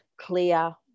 clear